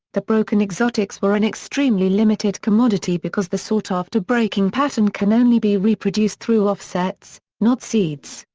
the broken exotics were an extremely limited commodity because the sought-after breaking pattern can only be reproduced through offsets, not seeds,